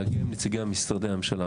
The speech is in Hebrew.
להגיע עם נציגי משרדי הממשלה,